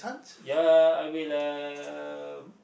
ya I will um